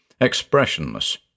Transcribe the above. expressionless